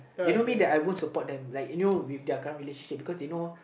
they know me that I won't support them like you know with their current relationship because they know